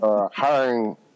hiring